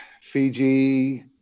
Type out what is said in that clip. Fiji